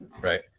Right